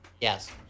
Yes